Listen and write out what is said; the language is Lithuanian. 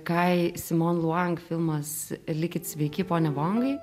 kai simon luang filmas likit sveiki pone vongai